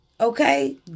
okay